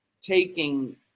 taking